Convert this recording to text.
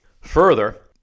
Further